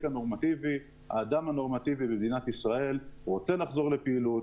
הנורמטיבי במדינת ישראל רוצה לחזור לפעילות,